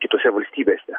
kitose valstybėse